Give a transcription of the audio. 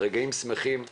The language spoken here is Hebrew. ברגעים שמחים מלידה,